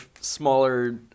smaller